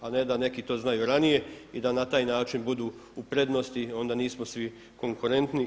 A ne da neki to znaju ranije i da na taj način budu u prednosti i onda nismo svi konkurentni.